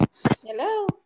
Hello